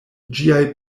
ĝiaj